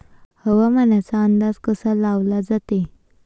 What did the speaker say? हवामानाचा अंदाज कसा लावला जाते?